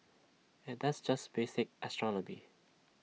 and that's just basic astronomy